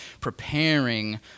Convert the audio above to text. preparing